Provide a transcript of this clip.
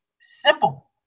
simple